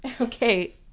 Okay